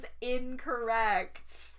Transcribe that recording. incorrect